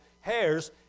hairs